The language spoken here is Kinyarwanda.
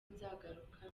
nzagaruka